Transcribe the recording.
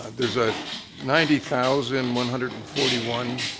there's a ninety thousand one hundred and forty one